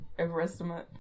Overestimate